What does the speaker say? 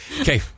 Okay